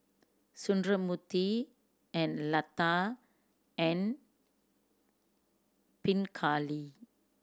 Sundramoorthy and Lata and Pingali